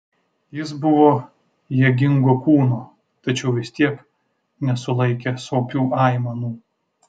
jis buvo jėgingo kūno tačiau vis tiek nesulaikė sopių aimanų